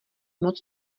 moc